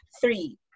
three